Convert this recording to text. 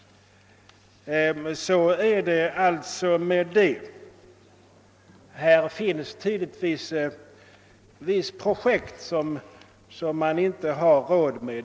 Så är det alltså med den saken! Missionen har tydligen projekt som SIDA inte har råd med.